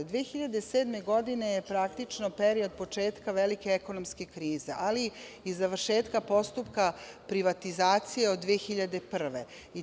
Godine 2007. praktično je period početka velike ekonomske krize, ali i završetka postupka privatizacije od 2001. godine.